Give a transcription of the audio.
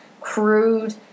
crude